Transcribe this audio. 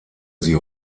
sie